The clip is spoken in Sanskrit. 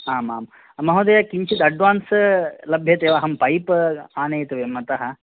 आम् आम् महोदय किञ्चित् अड्वान्स् लभ्यते वा अहं पैप् आनेतव्यम् अतः